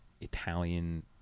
Italian